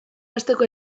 hasteko